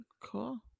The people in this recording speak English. Cool